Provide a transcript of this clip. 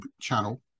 channel